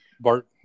Bart